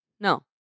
No